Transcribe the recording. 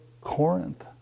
Corinth